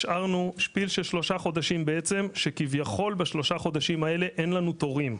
השארנו שפיל של שלושה חודשים שכביכול בשלושה חודשים האלו אין לנו תורים,